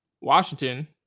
Washington